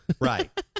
Right